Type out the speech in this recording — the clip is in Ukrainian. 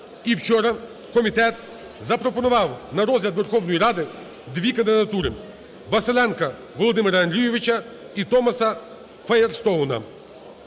І вчора комітет запропонував на розгляд Верховної Ради дві кандидатури: Василенка Володимира Андрійовича і Томаса Файєрстоуна.